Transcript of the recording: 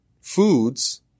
foods